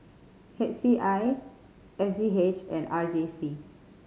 H C I S G H and R J C